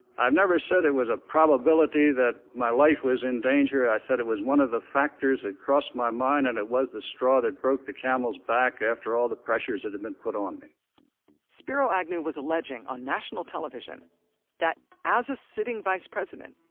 i've never said it was a probability that my life was in danger, i said it was one of the factors that crossed my mind and it was the straw that broke the camel's back after all the pressures that had been put on me spiro agnew was alleging on national television that as a sitting vice president,